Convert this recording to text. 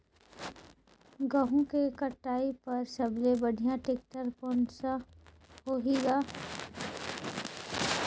गहूं के कटाई पर सबले बढ़िया टेक्टर कोन सा होही ग?